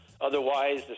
otherwise